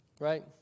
Right